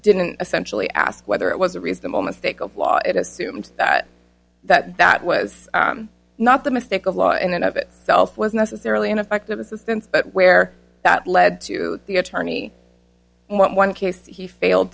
didn't essentially ask whether it was a reasonable mistake of law it assumes that that that was not the mistake of law in and of it self was necessarily ineffective assistance but where that led to the attorney one case he failed